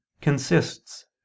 consists